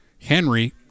Henry